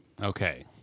Okay